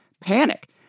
panic